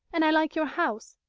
and i like your house,